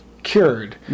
Cured